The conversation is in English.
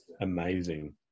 amazing